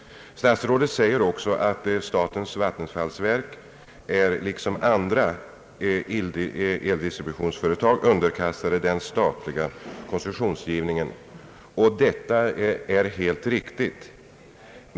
Statsrådet säger också att statens vattenfallsverk liksom andra eldistributionsföretag är underkastat den statliga koncessionsgivningen, och detta är helt riktigt.